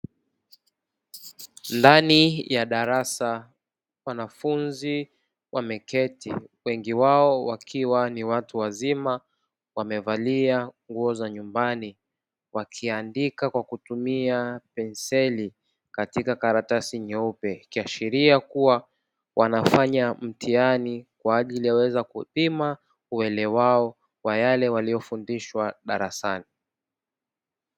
Ndani ya darasa wanafunzi wameketi wengi wao wakiwa ni watu wazima wamevalia nguo za nyumbani wakiandika kwa kutumia penseli katika karatasi nyeupe ikiashiria kuwa wanafanya mtihani kwa ajili ya kuweza kupima uelewa wao wa yale waliyofundishwa darasani.